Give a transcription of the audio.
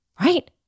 right